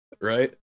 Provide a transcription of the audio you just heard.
right